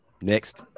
Next